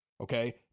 okay